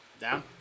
Down